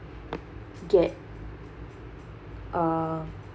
get uh